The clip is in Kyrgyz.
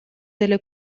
деле